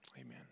Amen